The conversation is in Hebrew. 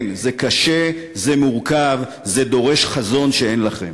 כן, זה קשה, זה מורכב, זה דורש חזון, שאין לכם.